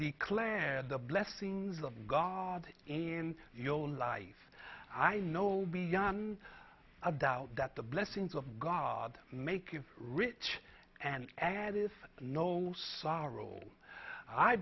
declare the blessings of god in your own life i know beyond a doubt that the blessings of god make you rich and ed is no sorrow i